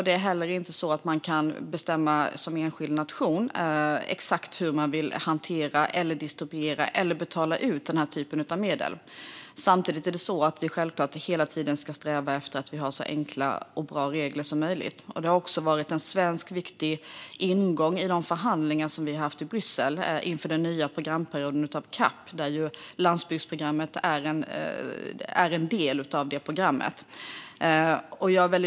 Det är heller inte så att man som enskild nation kan bestämma exakt hur man vill hantera, distribuera eller betala ut den här typen av medel. Samtidigt ska vi självklart hela tiden sträva efter att ha så enkla och bra regler som möjligt. Det har också varit en viktig svensk ingång i de förhandlingar som vi haft i Bryssel inför den nya programperioden av EU:s gemensamma jordbrukspolitik, där landsbygdsprogrammet är en del.